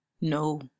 no